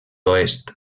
oest